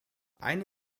eine